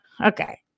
Okay